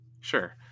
sure